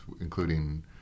including